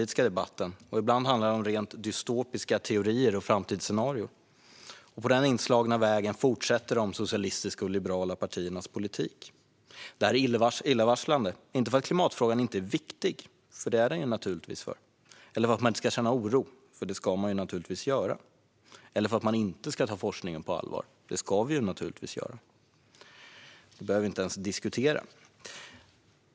Ibland handlade det om rent dystopiska teorier och framtidsscenarier. På denna inslagna väg fortsätter de socialistiska och liberala partierna i sin politik. Detta är illavarslande - inte för att klimatfrågan inte är viktig, för det är den naturligtvis, och inte för att vi inte ska känna oro, för det ska vi göra. Vi ska naturligtvis också ta forskningen på allvar. Det behöver vi inte ens diskutera.